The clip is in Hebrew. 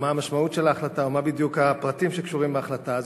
או: מה המשמעות של ההחלטה ומה בדיוק הפרטים שקשורים להחלטה הזאת.